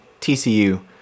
TCU